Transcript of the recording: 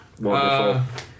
Wonderful